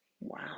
wow